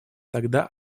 тогда